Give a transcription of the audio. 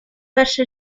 perse